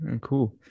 Cool